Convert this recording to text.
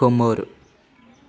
खोमोर